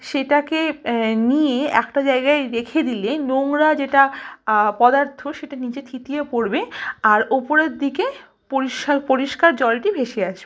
সেটাকে নিয়ে একটা জায়গায় রেখে দিলে নোংরা যেটা পদার্থ সেটা নিচে থিতিয়ে পড়বে আর ওপরের দিকে পরিষ্যার পরিষ্কার জলটি ভেসে আসবে